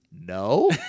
No